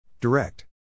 Direct